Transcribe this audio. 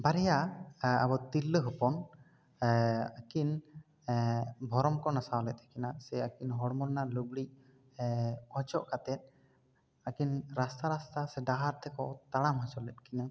ᱵᱟᱨᱭᱟ ᱟᱵᱚ ᱛᱤᱨᱞᱟᱹ ᱦᱚᱯᱚᱱ ᱟᱹᱠᱤᱱ ᱵᱷᱚᱨᱚᱢ ᱠᱚ ᱱᱟᱥᱟᱣ ᱞᱮᱫ ᱛᱟᱹᱠᱤᱱᱟ ᱥᱮ ᱟᱹᱠᱤᱱ ᱦᱚᱲᱢᱚ ᱨᱮᱱᱟᱜ ᱞᱩᱜᱽᱲᱤᱜ ᱚᱪᱚᱜ ᱠᱟᱛᱮ ᱟᱹᱠᱤᱱ ᱨᱟᱥᱛᱟ ᱨᱟᱥᱛᱟ ᱥᱮ ᱰᱟᱦᱟᱨ ᱛᱮᱠᱚ ᱛᱟᱲᱟᱢ ᱦᱚᱪᱚ ᱞᱮᱫ ᱠᱤᱱᱟ